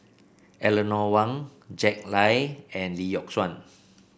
Eleanor Wong Jack Lai and Lee Yock Suan